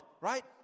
right